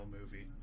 movie